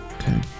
okay